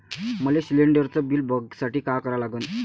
मले शिलिंडरचं बिल बघसाठी का करा लागन?